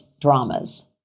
dramas